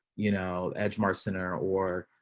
you know edge mar center or